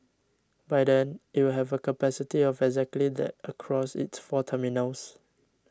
by then it will have a capacity of exactly that across its four terminals